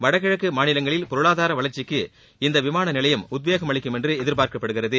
வடகிழக்கு மாநிலங்களில் பொருளாதார வளர்ச்சிக்கு இந்த விமான நிலையம் உத்வேகம் அளிக்கும் என்று எதிர்பார்க்கப்படுகிறது